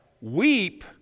weep